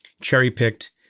cherry-picked